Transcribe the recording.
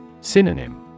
Synonym